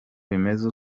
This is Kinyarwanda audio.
bimeze